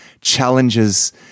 challenges